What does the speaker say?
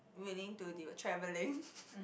willing to devote travelling